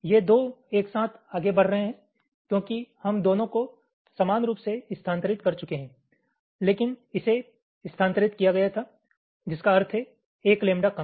ये 2 एक साथ आगे बढ़ रहे हैं क्योंकि हम दोनों को समान रूप से स्थानांतरित कर चुके हैं लेकिन इसे स्थानांतरित किया गया था जिसका अर्थ है 1 लैम्बडा कम